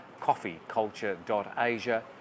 CoffeeCulture.Asia